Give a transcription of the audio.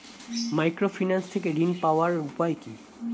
Microfinance থেকে ঋণ পাওয়ার উপায় কি?